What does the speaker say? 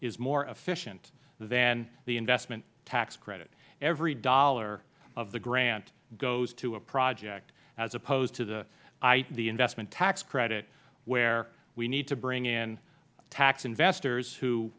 is more efficient than the investment tax credit every dollar of the grant goes to a project as opposed to the investment tax credit where we need to bring in tax investors who